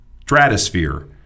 stratosphere